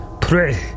pray